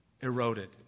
eroded